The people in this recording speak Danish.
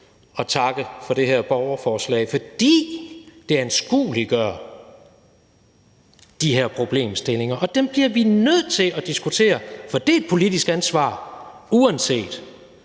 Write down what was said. at takke for det her borgerforslag, fordi det anskueliggør de her problemstillinger. Og dem bliver vi nødt til at diskutere, for det er et politisk ansvar, uanset